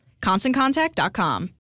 ConstantContact.com